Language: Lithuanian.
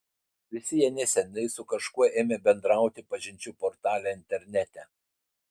visi jie neseniai su kažkuo ėmė bendrauti pažinčių portale internete